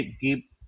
keep